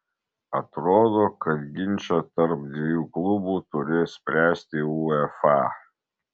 atrodo kad ginčą tarp dviejų klubų turės spręsti uefa